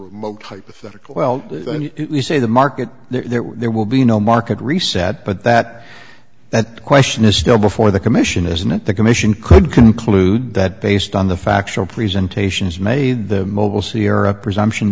remote hypothetical well then say the market there there will be no market reset but that that question is still before the commission isn't it the commission could conclude that based on the factual presentations made in the mobile c r a presumption